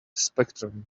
spectrum